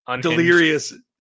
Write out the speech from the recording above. delirious